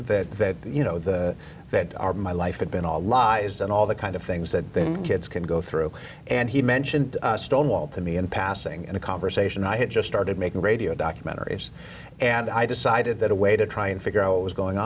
that you know that our my life had been all lies and all the kind of things that kids can go through and he mentioned stonewall to me in passing in a conversation i had just started making radio documentaries and i decided that a way to try and figure out what was going